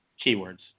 keywords